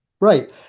right